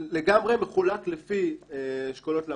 לגמרי מחולק לפי אשכולות למ"ס,